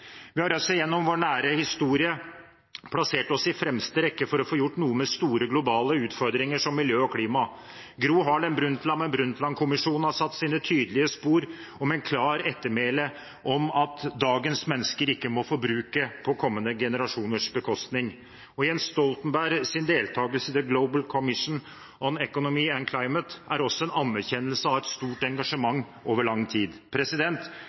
Vi har også gjennom vår nære historie plassert oss i fremste rekke for å få gjort noe med store globale utfordringer som miljø og klima. Gro Harlem Brundtland med Brundtland-kommisjonen har satt sine tydelige spor og med et klart ettermæle om at dagens mennesker ikke må forbruke på kommende generasjoners bekostning. Jens Stoltenbergs deltakelse i The Global Commission on the Economy and Climate er også en anerkjennelse av et stort engasjement over lang tid.